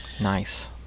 Nice